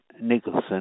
Nicholson